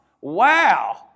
Wow